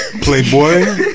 Playboy